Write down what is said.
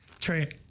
Trey